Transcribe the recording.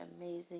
amazing